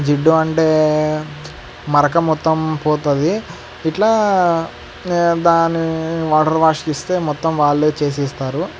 జిడ్డు అంటే మరక మొత్తం పోతుంది ఇట్లా దాని వాటర్ వాష్కి ఇస్తే మొత్తం వాళ్లు చేసి ఇస్తారు